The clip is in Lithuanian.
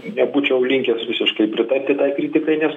nebūčiau linkęs visiškai pritarti tai kritikai nes